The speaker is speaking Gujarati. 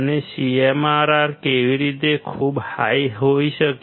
અને CMRR કેવી રીતે ખૂબ હાઈ હોઈ શકે